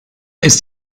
ist